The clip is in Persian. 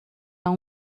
اون